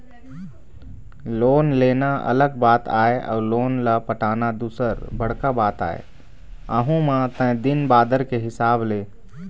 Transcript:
loan लेना अलग बात आय अउ लोन ल पटाना दूसर बड़का बात आय अहूँ म तय दिन बादर के हिसाब ले